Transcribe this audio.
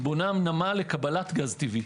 היא בונה נמל לקבלת גז טבעי.